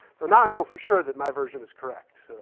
so now i know for sure that my version is correct.